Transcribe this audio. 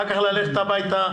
אחר כך ללכת הביתה,